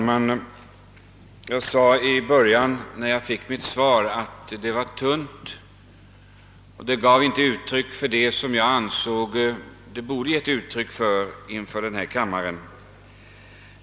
Herr talman! Jag framhöll tidigare att interpellationssvaret var tunt och inte gav uttryck för vad jag ansåg borde sägas inför denna kammare.